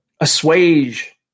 assuage